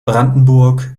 brandenburg